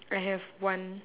I have one